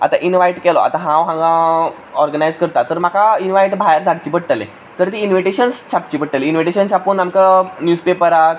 आतां इन्वायट केलो आतां हांव हांगा ऑर्गनायज करता तर म्हाका इन्वायट भायर धाडचें पडटलें तर ती इन्विटेशन्स छापचीं पडटलीं इन्विटेशन्स छापून आमकां न्यूजपेपरार